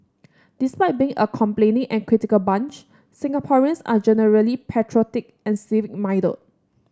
despite being a complaining and critical bunch Singaporeans are generally patriotic and civic minded